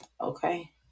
okay